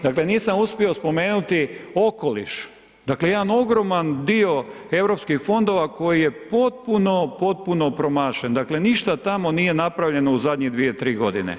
Dakle, nisam uspio spomenuti okoliš, dakle, jedan ogroman dio Europskih fondova koji je potpuno, potpuno promašen, dakle, ništa tamo nije napravljeno u zadnje dvije, tri godine.